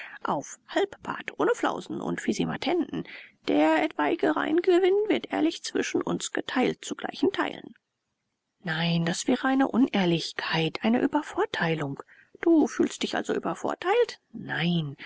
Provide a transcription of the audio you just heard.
auf halbpart ohne flausen und fisimatenten der etwaige reingewinn wird ehrlich zwischen uns geteilt zu gleichen teilen nein das wäre eine unehrlichkeit eine übervorteilung du fühlst dich also übervorteilt nein